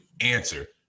answer